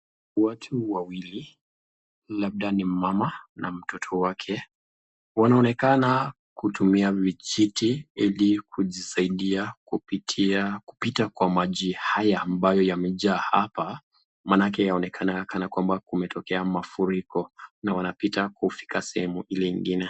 Watu wawili labda ni mama na mtoto wake wanaoneka kutumia vijiti hili kujisaidia kupitia kupita kwa maji haya ambayo yamejaa hapa manake yanaoneka kana kwamba umetokea mafuriko na wanapita kufika sehemu hile ingine.